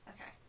Okay